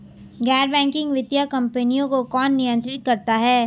गैर बैंकिंग वित्तीय कंपनियों को कौन नियंत्रित करता है?